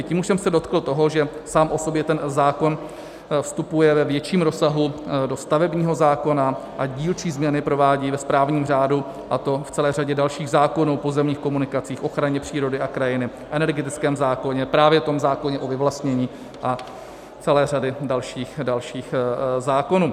Tím už jsem se dotkl toho, že sám o sobě ten zákon vstupuje ve větším rozsahu do stavebního zákona a dílčí změny provádí ve správním řádu, a to v celé řadě dalších zákonů o pozemních komunikacích, ochraně přírody a krajiny, energetickém zákoně, právě tom zákoně o vyvlastnění a celé řady dalších a dalších zákonů.